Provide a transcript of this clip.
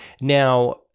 Now